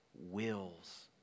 wills